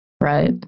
Right